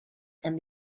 and